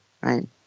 Right